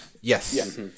Yes